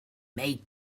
made